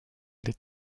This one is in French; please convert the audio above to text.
les